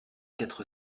quatre